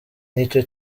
n’icyo